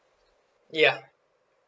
ya